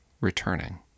returning